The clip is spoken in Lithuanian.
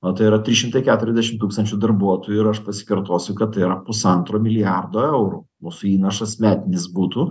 o tai yra tris šimtai keturiasdešim tūkstančių darbuotojų ir aš pasikartosiu kad tai yra pusantro milijardo eurų mūsų įnašas metinis būtų